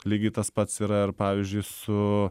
lygiai tas pats yra ir pavyzdžiui su